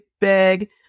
big